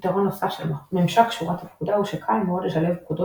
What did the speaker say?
יתרון נוסף של ממשק שורת הפקודה הוא שקל מאוד לשלב פקודות